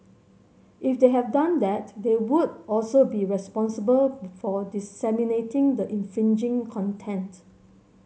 if they have done that they would also be responsible for disseminating the infringing content